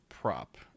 Prop